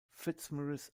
fitzmaurice